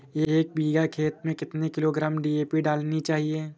एक बीघा खेत में कितनी किलोग्राम डी.ए.पी डालनी चाहिए?